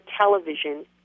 television